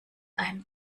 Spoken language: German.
ein